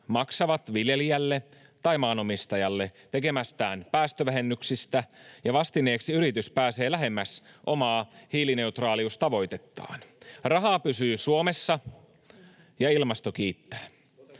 maksavat viljelijälle tai maanomistajalle tekemistään päästövähennyksistä ja vastineeksi yritys pääsee lähemmäs omaa hiilineutraaliustavoitettaan. Rahaa pysyy Suomessa, ja ilmasto kiittää.